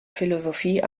philosophie